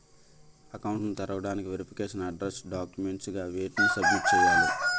Account ను తెరవటానికి verification address documents గా వేటిని సబ్మిట్ చేయాలి?